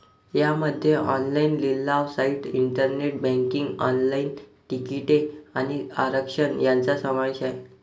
यामध्ये ऑनलाइन लिलाव site, internet banking, online तिकिटे आणि आरक्षण यांचा समावेश आहे